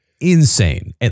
insane